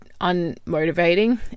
unmotivating